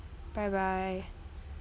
bye bye